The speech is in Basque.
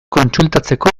kontsultatzeko